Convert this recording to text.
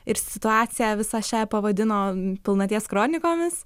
ir situaciją visą šią pavadino pilnaties kronikomis